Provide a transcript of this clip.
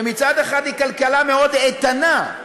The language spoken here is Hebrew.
מצד אחד היא כלכלה מאוד איתנה,